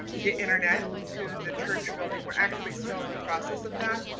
get internet to the church building. we're actually still in the process of that.